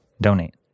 donate